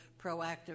proactive